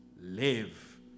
live